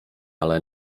ale